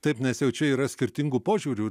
taip nes jau čia yra skirtingų požiūrių